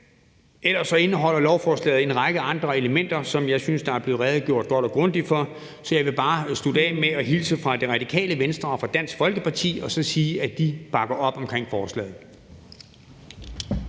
Ellers indeholder lovforslaget en række andre elementer, som jeg synes der er blevet redegjort godt og grundigt for, så jeg vil bare slutte af med at hilse fra Radikale Venstre og fra Dansk Folkeparti og sige, at de bakker op om forslaget.